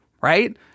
right